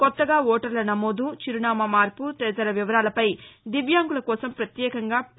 కొత్తగా ఓటర్ల నమోదు చిరునామా మార్పు తదితర వివరాలపై దివ్యాంగుల కోసం ప్రత్యేకంగా పి